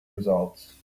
results